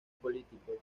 políticos